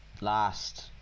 last